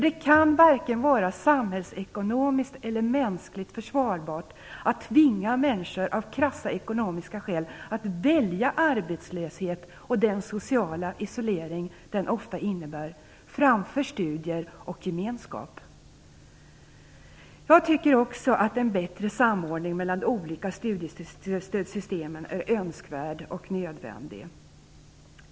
Det kan inte vara vare sig samhällsekonomiskt eller mänskligt försvarbart att tvinga människor att av krassa ekonomiska skäl välja arbetslöshet och den sociala isolering den ofta innebär framför studier och gemenskap. Jag tycker också att en bättre samordning mellan de olika studiestödssystemen är önskvärd och nödvändig.